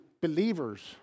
believers